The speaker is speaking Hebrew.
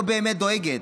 לא באמת דואגת.